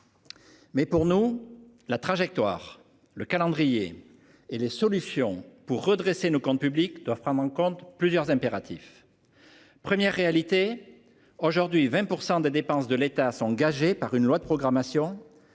Mais pour nous la trajectoire le calendrier et les solutions pour redresser nos comptes publics doivent prendre en compte plusieurs impératifs. Première réalité aujourd'hui 20% des dépenses de l'État s'engager par une loi de programmation